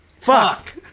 fuck